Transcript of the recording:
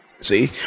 See